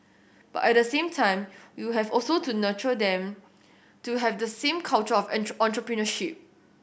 but at the same time you have also to nurture them to have the same culture of entry entrepreneurship